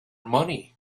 money